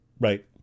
Right